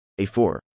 A4